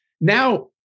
now